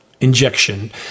injection